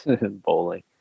Bowling